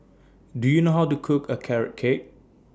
Do YOU know How to Cook A Carrot Cake